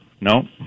No